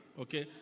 Okay